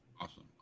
awesome